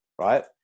right